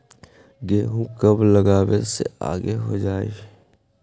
गेहूं कब लगावे से आगे हो जाई?